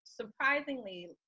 surprisingly